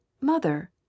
mother